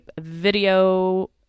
video